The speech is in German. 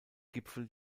gipfel